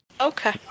Okay